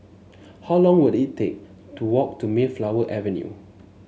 how long will it take to walk to Mayflower Avenue